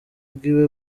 bwiwe